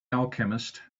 alchemist